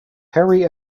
harry